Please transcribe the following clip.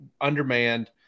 undermanned